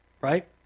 right